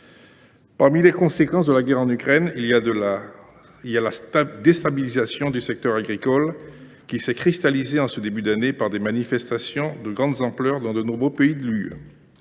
L’une des conséquences de la guerre en Ukraine est la déstabilisation du secteur agricole, qui s’est cristallisée, en ce début d’année, par des manifestations de grande ampleur dans de nombreux pays de l’Union